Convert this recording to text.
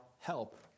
help